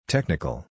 Technical